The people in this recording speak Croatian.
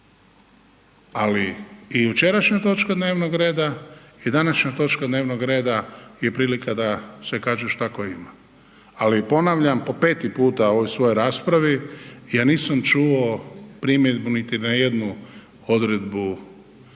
Ali i jučerašnja točka dnevnog reda i današnja točka dnevnog reda je prilika da se kaže šta ko ima. Ali ponavljam po peti puta u ovoj svojoj raspravi, ja nisam čuo primjedbu niti na jednu odredbu,